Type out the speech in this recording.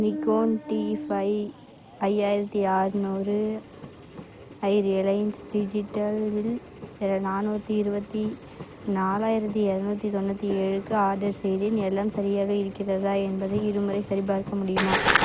Nikon D five ஐயாயிரத்தி அற்நூறு ஐ ரியலைன்ஸ் டிஜிட்டலில் இரு நானூற்றி இருபத்தி நாலாயிரத்தி இரநூத்தி தொண்ணூற்றி ஏழுக்கு ஆர்டர் செய்தேன் எல்லாம் சரியாக இருக்கிறதா என்பதை இருமுறை சரிபார்க்க முடியுமா